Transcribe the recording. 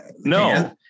no